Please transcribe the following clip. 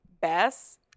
Bess